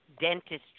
dentistry